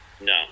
No